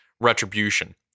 retribution